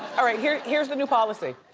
alright here's here's the new policy.